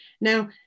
Now